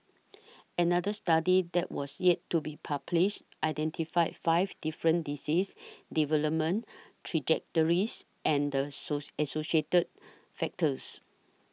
another study that was yet to be published identified five different disease development trajectories and the so associated factors